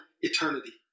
eternity